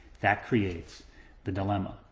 that creates the dilemma.